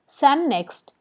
Sunnext